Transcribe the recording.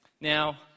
Now